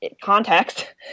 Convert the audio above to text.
context